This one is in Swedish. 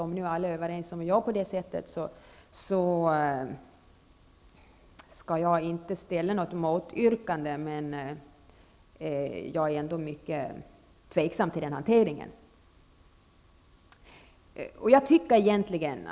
Om nu alla är överens om återremiss skall jag inte ställa något motyrkande, men jag är ändå mycket tveksam till denna hantering.